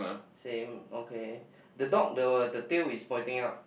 same okay the dog the tail is pointing out